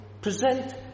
present